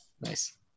nice